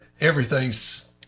everything's